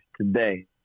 today